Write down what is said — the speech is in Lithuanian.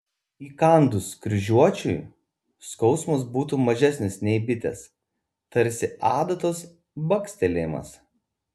įkandus kryžiuočiui skausmas būtų mažesnis nei bitės tarsi adatos bakstelėjimas